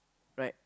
right